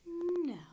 No